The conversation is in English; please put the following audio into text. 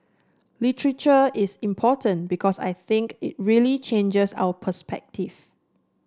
literature is important because I think it really changes our perspective